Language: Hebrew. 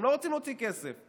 הם לא רוצים להוציא כסף.